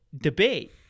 debate